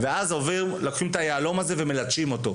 ואז לוקחים את היהלום הזה ומלטשים אותו.